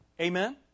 Amen